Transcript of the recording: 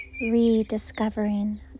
rediscovering